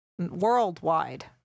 worldwide